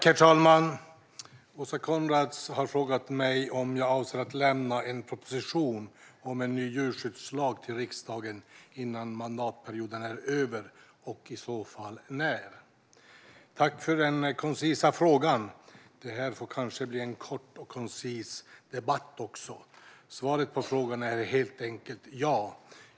Herr talman! Åsa Coenraads har frågat mig om jag avser att lämna en proposition om en ny djurskyddslag till riksdagen innan mandatperioden är över och i så fall när. Tack för den koncisa frågan, Åsa Coenraads! Det här får kanske bli en kort och koncis debatt också. Svaret på frågan är helt enkelt: Ja.